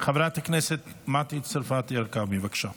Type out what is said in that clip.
חברת הכנסת מטי צרפתי הרכבי, בבקשה.